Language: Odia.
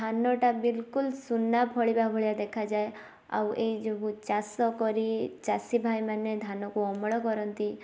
ଧାନଟା ବିଲକୁଲ୍ ସୁନା ଫଳିବା ଭଳିଆ ଦେଖାଯାଏ ଆଉ ଏଇ ଯୋଗୁଁ ଚାଷ କରି ଚାଷୀ ଭାଇମାନେ ଧାନକୁ ଅମଳ କରନ୍ତି